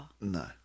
no